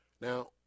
Now